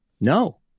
No